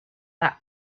that